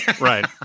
Right